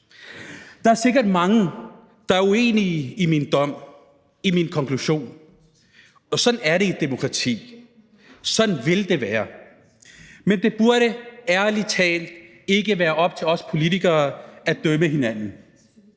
Der er sikkert mange, der er uenige i min dom, i min konklusion, og sådan er det i et demokrati, og sådan vil det være. Men det burde ærlig talt ikke være op til os politikere at dømme hinanden,